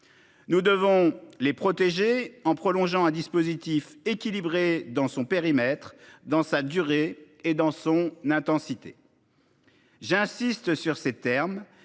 Nous devons les protéger en prolongeant un dispositif équilibré dans son périmètre, dans sa durée et dans son intensité. J'insiste sur ces termes,